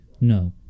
No